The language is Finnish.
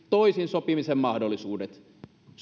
toisin sopimisen mahdollisuudet